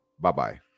bye-bye